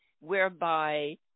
whereby